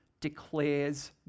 declares